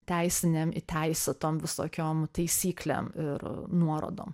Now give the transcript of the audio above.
teisinėm įteisėtom visokiom taisyklėm ir nuorodom